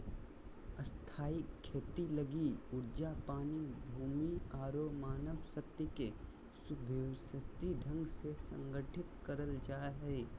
स्थायी खेती लगी ऊर्जा, पानी, भूमि आरो मानव शक्ति के सुव्यवस्थित ढंग से संगठित करल जा हय